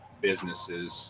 businesses